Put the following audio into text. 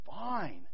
fine